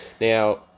Now